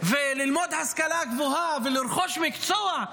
וללמוד השכלה גבוהה ולרכוש מקצוע?